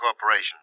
Corporation